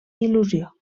il·lusió